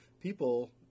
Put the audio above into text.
people